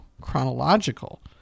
chronological